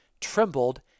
trembled